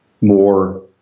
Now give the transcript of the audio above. more